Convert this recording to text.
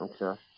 Okay